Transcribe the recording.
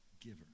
giver